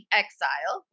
exile